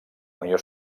unió